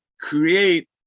create